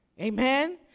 Amen